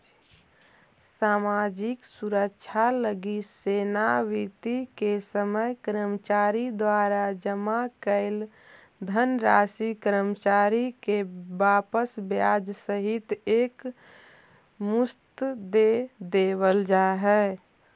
सामाजिक सुरक्षा लगी सेवानिवृत्ति के समय कर्मचारी द्वारा जमा कैल धनराशि कर्मचारी के वापस ब्याज सहित एक मुश्त दे देवल जाहई